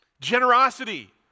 Generosity